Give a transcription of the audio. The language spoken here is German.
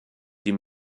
die